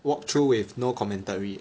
walk through with no commentary